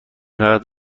فقط